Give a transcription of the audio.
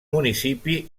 municipi